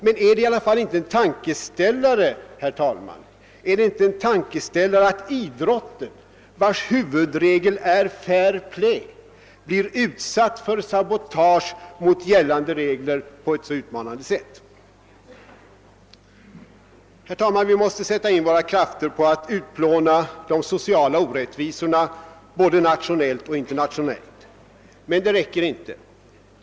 Men, herr talman, är det inte en tankeställare att idrotten, vars huvudlinje är fair play, blir utsatt för sabotage mot gällande regler på ett så utmanande sätt? Herr talman! Vi måste sätta in våra krafter på att utplåna de sociala orättvisorna både nationellt och internationellt. Detta räcker emellertid inte.